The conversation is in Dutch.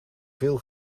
veel